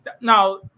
now